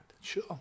Sure